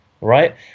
right